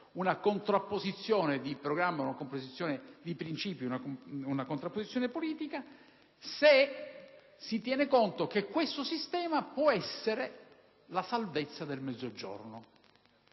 una contrapposizione di programmi e di princìpi, cioè una contrapposizione politica, se si tiene conto che questo sistema può essere la salvezza del Mezzogiorno.